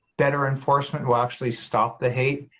better enforcement will actually stop the hate,